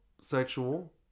sexual